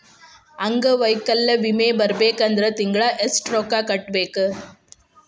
ಅಂಗ್ವೈಕಲ್ಯ ವಿಮೆ ಬರ್ಬೇಕಂದ್ರ ತಿಂಗ್ಳಾ ಯೆಷ್ಟ್ ರೊಕ್ಕಾ ಕಟ್ಟ್ಬೇಕ್?